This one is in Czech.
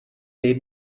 dej